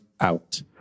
out